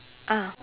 ah